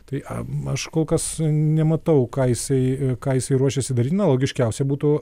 tai aš kol kas nematau ką jisai ją jisai ruošiasi daryt na logiškiausia būtų